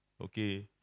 okay